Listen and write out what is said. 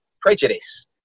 prejudice